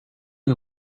you